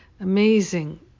amazing